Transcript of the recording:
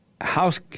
House